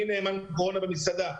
אני נאמן קורונה במסעדה.